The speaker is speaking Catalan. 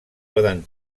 poden